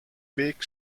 big